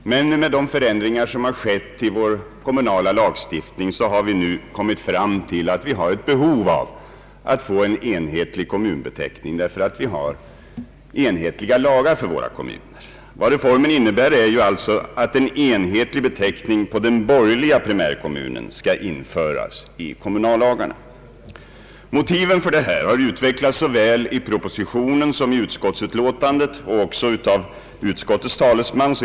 Men med de förändringar som har skett i vår kommunala lagstiftning har vi nu kommit fram till att vi har ett behov av att få en enhetlig kommunbeteckning, därför att vi har enhetliga lagar för våra kommuner. Vad reformen innebär är alltså att en enhetlig beteckning på den borgerliga primärkommunen skall införas i kommunallagarna. Motiven härför har utvecklats såväl i propositionen som i utskottsutlåtandet och även av utskottets talesman.